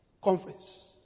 conference